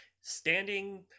standing